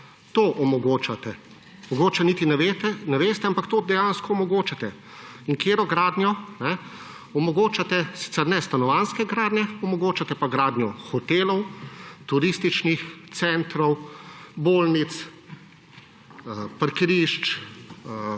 To omogočate. Mogoče niti ne veste, ampak to dejansko omogočate. In katero gradnjo? Omogočate sicer ne stanovanjske gradnje, omogočate pa gradnjo hotelov, turističnih centrov, bolnic, parkirišč,